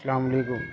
السلام علیکم